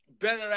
better